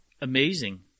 Amazing